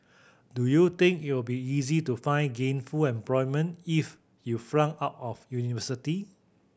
do you think it'll be easy to find gainful employment if you flunked out of university